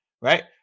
Right